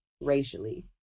racially